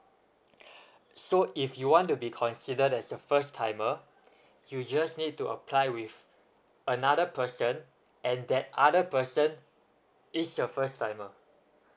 so if you want to be considered as a first timer you just need to apply with another person and that other person is a first timer